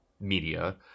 media